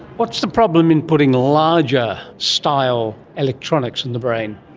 what's the problem in putting larger style electronics in the brain?